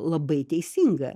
labai teisinga